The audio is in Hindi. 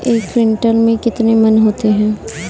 एक क्विंटल में कितने मन होते हैं?